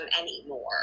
anymore